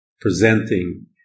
presenting